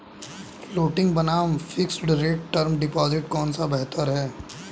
Floating बनाम fixed rate term deposit कौन सा बेहतर है?